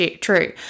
true